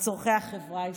לצורכי החברה הישראלית.